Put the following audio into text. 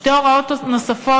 שתי הוראות נוספות